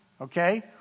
okay